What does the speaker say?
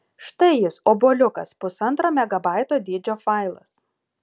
štai jis obuoliukas pusantro megabaito dydžio failas